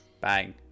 bang